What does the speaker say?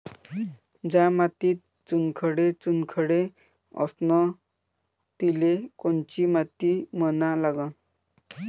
ज्या मातीत चुनखडे चुनखडे असन तिले कोनची माती म्हना लागन?